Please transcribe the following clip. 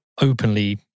openly